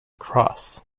cross